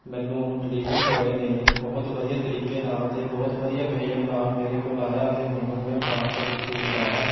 ਮੈਨੂੰ delivery boy ਨੇ ਬਹੁਤ ਵਧੀਆ ਤਰੀਕੇ ਨਾਲ ਅਤੇ ਬਹੁਤ ਵਧੀਆ ਬਿਹੇਵ ਨਾਲ ਮੇਰੇ ਕੋਲ ਆਇਆ ਅਤੇ ਮੈਨੂੰ ਉਹਨੇ ਪਾਰਸਲ ਰਿਸੀਵ ਕਰਵਾਇਆ